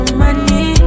money